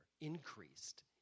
Increased